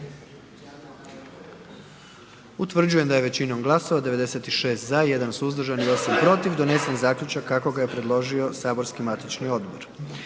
Utvrđujem da je većinom glasova 88 za, 10 glasova protiv donesen zaključak kako ga je predložio matični saborski odbor.